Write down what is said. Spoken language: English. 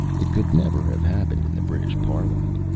it could never have happened in the british parliament.